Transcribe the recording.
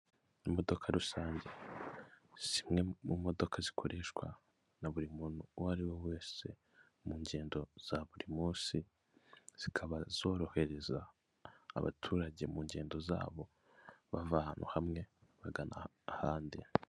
Imodoka rusange zimwe mu modoka zikoreshwa na buri muntu uwo ariwe wese mu ngendo za buri munsi zikaba zorohereza abaturage mu ngendo zabo bava ahantu hamwe bagana ahandi.